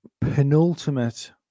penultimate